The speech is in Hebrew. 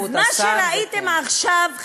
אז מה שראיתם עכשיו,